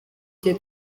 gihe